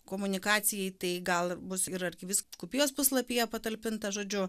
komunikacijai tai gal bus ir arkivyskupijos puslapyje patalpinta žodžiu